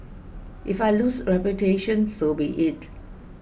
if I lose reputation so be it